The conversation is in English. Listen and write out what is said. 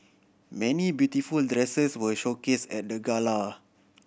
many beautiful dresses were showcase at the gala